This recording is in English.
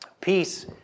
Peace